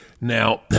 Now